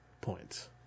points